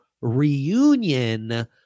reunion